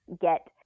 get